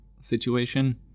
situation